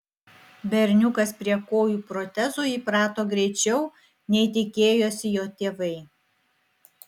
berniukas prie kojų protezų įprato greičiau nei tikėjosi jo tėvai